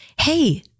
Hey